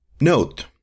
Note